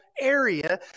area